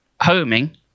homing